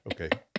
Okay